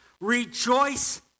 Rejoice